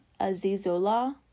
Azizola